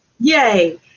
Yay